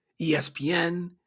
ESPN